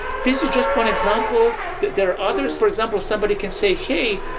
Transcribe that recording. this is just one example. there are others. for example, somebody can say, hey,